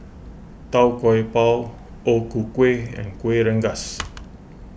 Tau Kwa Pau O Ku Kueh and Kuih Rengas